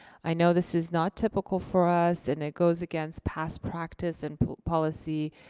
i know this is not typical for us, and it goes against past practice and policy,